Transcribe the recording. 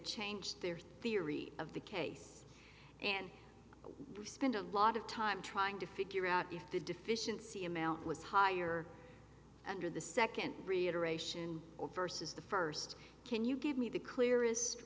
changed their theory of the case and spent a lot of time trying to figure out if the deficiency amount was higher under the second reiteration versus the first can you give me the clearest